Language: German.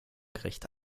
gericht